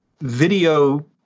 video